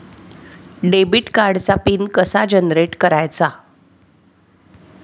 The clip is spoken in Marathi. डेबिट कार्डचा पिन कसा जनरेट करायचा?